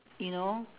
you know